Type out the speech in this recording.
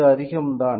இது அதிகம்தான்